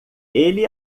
ele